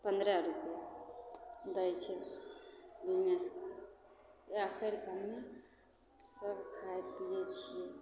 पन्द्रह रूपैआ दै छै ओन्नेसँ वएह फेर हम्मे सब खाइ पीयै छियै